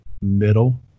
middle